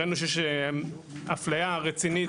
הראינו שיש אפליה רצינית,